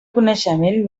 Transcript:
coneixement